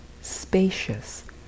spacious